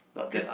not that